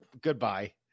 Goodbye